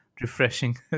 refreshing